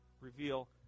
Reveal